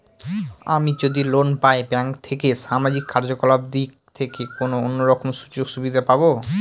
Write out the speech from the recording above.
আমি যদি লোন পাই ব্যাংক থেকে সামাজিক কার্যকলাপ দিক থেকে কোনো অন্য রকম সুযোগ সুবিধা পাবো?